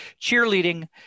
cheerleading